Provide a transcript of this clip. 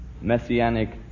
messianic